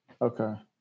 okay